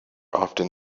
often